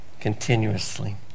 continuously